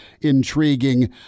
intriguing